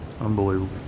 Unbelievable